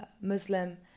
Muslim